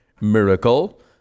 miracle